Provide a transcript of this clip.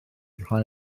rhai